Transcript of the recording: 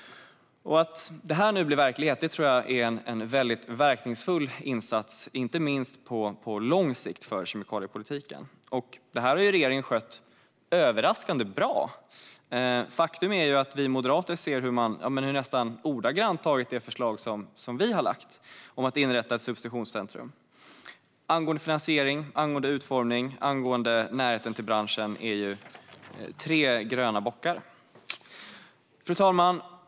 Att detta nu blir verklighet tror jag är en väldigt verkningsfull insats för kemikaliepolitiken, inte minst på lång sikt. Det här har regeringen skött överraskande bra. Faktum är att vi moderater ser hur man nästan ordagrant har tagit det förslag som vi lagt om att inrätta ett substitutionscentrum: angående finansiering, angående utformning och angående närheten till branschen. Det är tre gröna bockar! Fru talman!